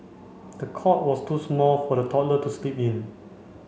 the cot was too small for the toddler to sleep in